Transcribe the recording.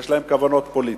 יש להם כוונות פוליטיות.